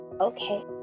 Okay